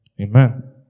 Amen